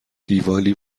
دیوالی